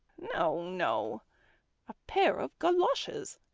no, no a pair of goloshes.